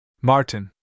Martin